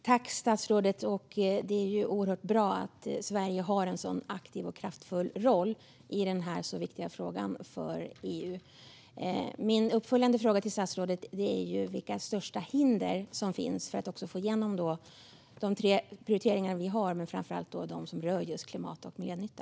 Herr talman! Det är ju oerhört bra att Sverige har en sådan aktiv och kraftfull roll i denna för EU så viktiga fråga. Min uppföljande fråga till statsrådet är vilka de största hindren är för att få igenom de tre prioriteringar vi har, framför allt de som rör klimat och miljönytta.